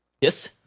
yes